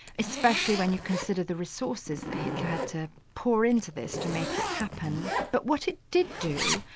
especially when you consider the resources that hitler had to pour into this to make it happen. but what it did do,